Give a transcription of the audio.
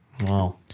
Wow